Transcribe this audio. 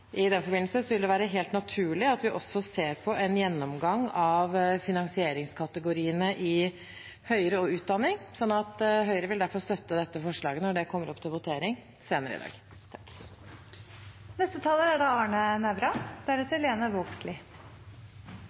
I den forbindelse vil det være helt naturlig at vi også ser på en gjennomgang av finansieringskategoriene i høyere utdanning. Høyre vil derfor støtte dette forslaget når det kommer opp til votering senere i dag.